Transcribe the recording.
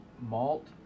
malt